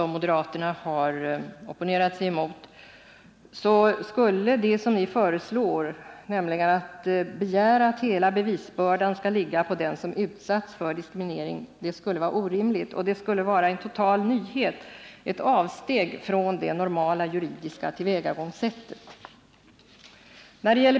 Moderaterna har opponerat sig mot bevisbörderegeln och föreslår att hela bevisbördan skall ligga på den som utsatts för diskriminering. Det är orimligt. Det vore en total nyhet och ett avsteg från det normala juridiska tillvägagångssättet.